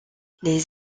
les